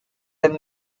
the